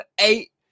eight